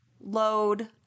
load